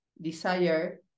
desire